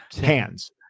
Hands